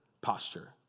posture